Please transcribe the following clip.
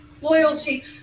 loyalty